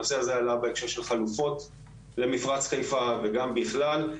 הנושא הזה עלה בהקשר של חלופות למפרץ חיפה וגם בכלל.